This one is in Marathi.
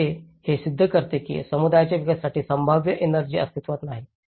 जरी जे हे सिद्ध करते की समुदायाच्या विकासासाठी संभाव्य एनर्जी अस्तित्त्वात नाही